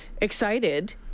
excited